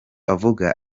avuga